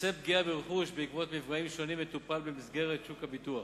נושא הפגיעה ברכוש בעקבות מפגעים שונים מטופל במסגרת שוק הביטוח,